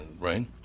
Rain